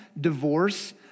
divorce